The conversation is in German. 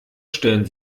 stellen